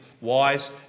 wise